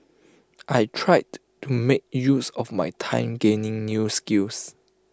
I tried to make use of my time gaining new skills